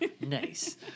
Nice